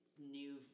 New